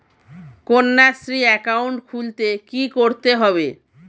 Kanyashree account খুলতে কী করতে হবে?